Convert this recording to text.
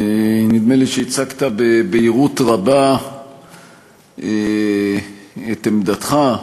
נדמה לי שהצגת בבהירות רבה את עמדתך,